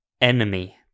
Enemy